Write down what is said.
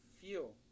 feel